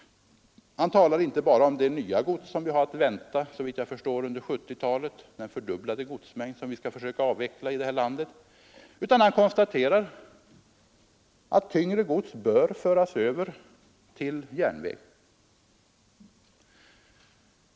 Han talar inte bara om det nya gods som vi har att vänta under 1970-talet, den fördubblade godsmängd som vi skall transportera här i landet, utan han konstaterar rent allmänt att tyngre gods bör fraktas med järnväg.